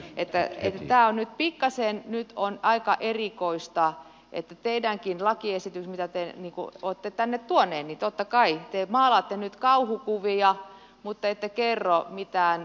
että tämä on nyt aika erikoista että teidänkin lakiesityksissänne mitä te olette tänne tuoneet totta kai te maalaatte nyt kauhukuvia mutta ette kerro mitään konkreettista asiaa